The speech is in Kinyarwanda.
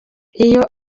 iyo